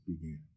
began